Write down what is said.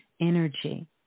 energy